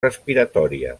respiratòria